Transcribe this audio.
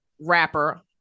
Rapper